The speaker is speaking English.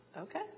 okay